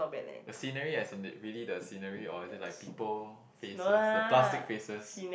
the scenery as in the really the scenery or is it like people faces the plastic faces